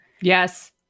yes